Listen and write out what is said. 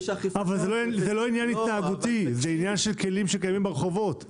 זה לא עניין התנהגותי אלא זה עניין של כלים שקיימים ברחובות.